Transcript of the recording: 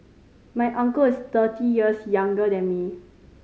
my uncle is thirty years younger than me